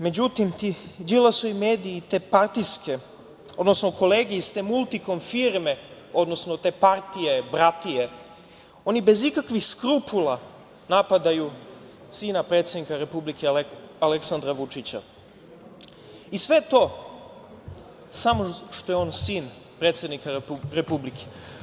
Međutim, ti Đilasovi mediji i te partijske, odnosno kolege iz te „Multikom firme“, odnosno te partije bratije, oni bez ikakvih skrupula napadaju sina predsednika Republike, Aleksandra Vučića i sve to samo što je on sin predsednika Republike.